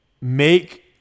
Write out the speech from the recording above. make